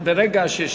ברגע שיש